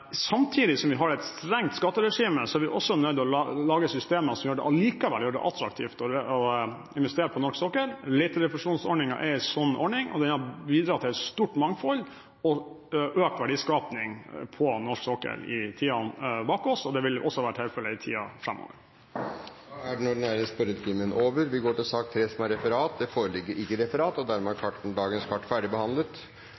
samtidig som vi har et strengt skatteregime, er vi nødt til å lage systemer som likevel gjør det attraktivt å investere på norsk sokkel. Leterefusjonsordningen er en sånn ordning, og den har bidratt til et stort mangfold og økt verdiskaping på norsk sokkel i tiden som ligger bak oss, og det vil også være tilfellet i tiden framover. Da er sak nr. 2, den ordinære spørretimen, ferdigbehandlet. Det foreligger ikke noe referat. Dermed er